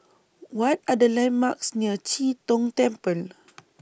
What Are The landmarks near Chee Tong Temple